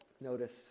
Notice